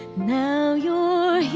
now you're